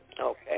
Okay